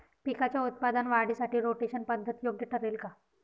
पिकाच्या उत्पादन वाढीसाठी रोटेशन पद्धत योग्य ठरेल का?